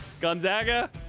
Gonzaga